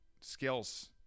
skills